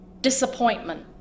disappointment